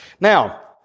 Now